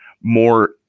more